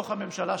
בתוך הממשלה,